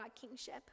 kingship